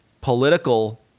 political